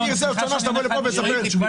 אני רוצה שתבוא לכאן בעוד שנה, ותספר לנו.